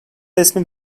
resmi